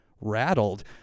rattled